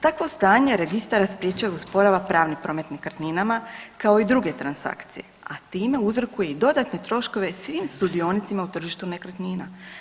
Takvo stanje Registar sprječava i usporava pravni promet nekretninama kao i druge transakcije, a time uzrokuje i dodatne troškove svim sudionicima u tržištu nekretnina.